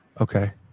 Okay